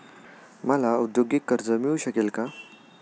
मला औद्योगिक कर्ज मिळू शकेल का?